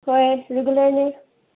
ꯍꯣꯏ ꯔꯤꯒꯨꯂꯔꯂꯤ